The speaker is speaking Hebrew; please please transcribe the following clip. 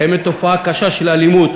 קיימת תופעה קשה של אלימות